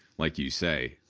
like you say,